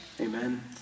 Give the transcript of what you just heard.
Amen